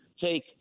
take